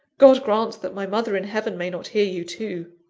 god grant that my mother in heaven may not hear you too!